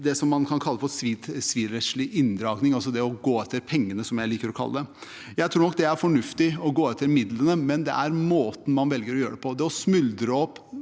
det som kalles for sivilrettslig inndragning, altså det å gå etter pengene, som jeg liker å kalle det. Jeg tror nok det er fornuftig å gå etter midlene, men det handler om måten man velger å gjøre på. Det å smuldre opp